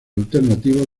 alternativos